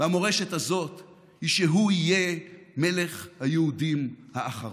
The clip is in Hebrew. והמורשת הזאת היא שהוא יהיה מלך היהודים האחרון.